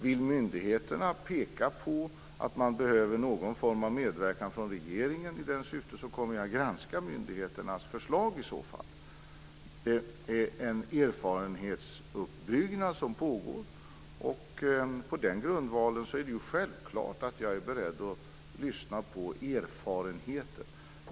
Vill myndigheterna peka på att man behöver någon form av medverkan från regeringen i det syftet kommer jag granska myndigheternas förslag. Det är en erfarenhetsuppbyggnad som pågår. På den grundvalen är det självklart att jag är beredd att lyssna på erfarenheter.